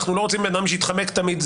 אנחנו לא רוצים שהבן אדם יתחמק תמיד,